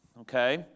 Okay